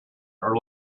are